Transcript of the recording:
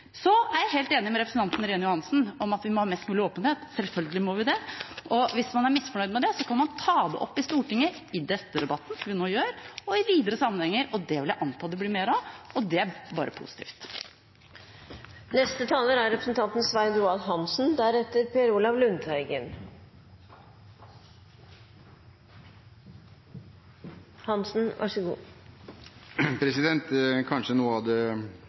Så er jeg helt enig med representanten Irene Johansen i at vi må ha mest mulig åpenhet. Selvfølgelig må vi det, og hvis man er misfornøyd med det, kan man ta det opp i Stortinget, i denne debatten, som vi nå gjør, og i videre sammenhenger. Det vil jeg anta det blir mer av, og det er bare positivt. Kanskje noe av det viktigste som er sagt her, er sagt av representanten Bård Vegar Solhjell, som ga det råd ikke å la WikiLeaks legge premissene for debatten. Det